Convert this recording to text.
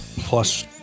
plus